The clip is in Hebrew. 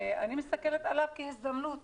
אני מסתכלת עליו כהזדמנות